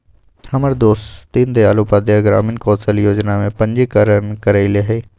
हमर दोस दीनदयाल उपाध्याय ग्रामीण कौशल जोजना में पंजीकरण करएले हइ